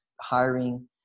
hiring